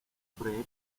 brevi